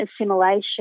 assimilation